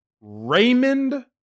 Raymond